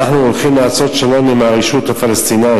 אנחנו הולכים לעשות שלום עם הרשות הפלסטינית,